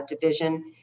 division